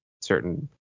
certain